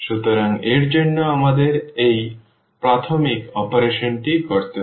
সুতরাং এর জন্য আমাদের এই প্রাথমিক অপারেশনটি করতে হবে